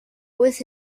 with